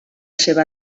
seva